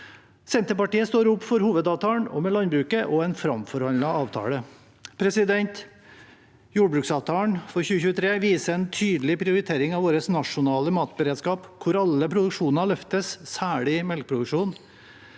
Senterpartiet står opp for hovedavtalen med landbruket og en framforhandlet avtale. Jordbruksavtalen for 2023 viser en tydelig prioritering av vår nasjonale matberedskap, hvor alle produksjoner løftes, særlig melkeproduksjonen.